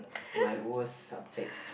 my worst subject